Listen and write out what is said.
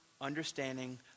understanding